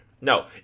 No